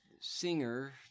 singer